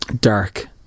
Dark